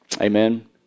Amen